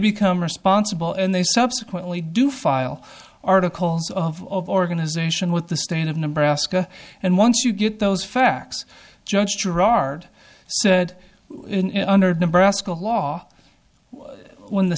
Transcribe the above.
become responsible and they subsequently do file articles of organization with the state of nebraska and once you get those facts judge gerard said under nebraska haw when the